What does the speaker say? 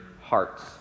hearts